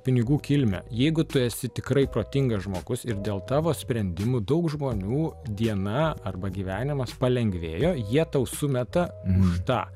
pinigų kilmę jeigu tu esi tikrai protingas žmogus ir dėl tavo sprendimų daug žmonių diena arba gyvenimas palengvėjo jie tau sumeta už tą